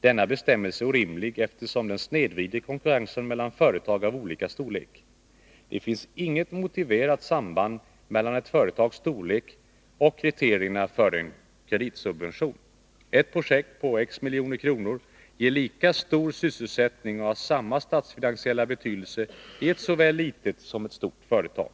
Denna bestämmelse är orimlig, eftersom den snedvrider konkurrensen mellan företag av olika storlekar. Det finns inget motiverat samband mellan ett företags storlek och kriterierna för en kreditsubvention. Ett Nr 157 projekt på X milj.kr. ger lika stor sysselsättning och har samma statsfinan Onsdagen den siella betydelse i såväl ett litet som ett stort företag.